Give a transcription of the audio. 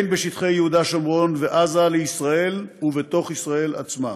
בשטחי יהודה שומרון ועזה לישראל ובתוך ישראל עצמה.